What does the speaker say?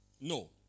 No